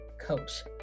coach